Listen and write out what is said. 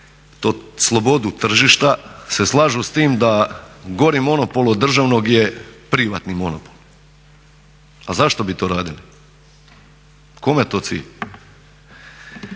slobodu tržišta se slažu s tim da gori monopol od državnog je privatni monopol. A zašto bi to radili, kome je to cilj?